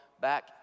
back